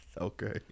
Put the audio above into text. Okay